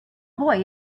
boy